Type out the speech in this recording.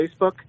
Facebook